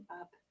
up